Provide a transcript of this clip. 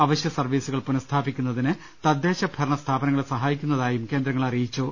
അവശ്യസർവീസുകൾ പുനഃസ്ഥാപിക്കുന്നതിന് തദ്ദേശഭരണ സ്ഥാപനങ്ങളെ സഹായിക്കുന്നതായും കേന്ദ്രങ്ങൾ പറഞ്ഞു